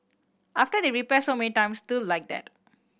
after they repair so many times still like that